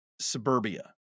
suburbia